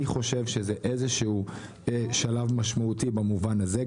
אני חושב שזה איזשהו שלב משמעותי במובן הזה.